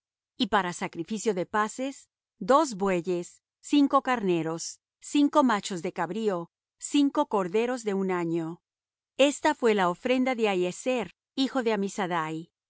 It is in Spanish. y para sacrificio de paces dos bueyes cinco carneros cinco machos de cabrío cinco corderos de un año esta fué la ofrenda de nathanael hijo de